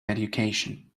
education